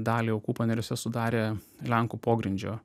dalį aukų paneriuose sudarė lenkų pogrindžio